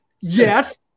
Yes